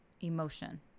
emotion